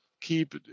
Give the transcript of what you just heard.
keep